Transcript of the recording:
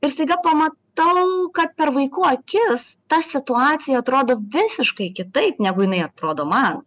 ir staiga pamatau kad per vaikų akis ta situacija atrodo visiškai kitaip negu jinai atrodo man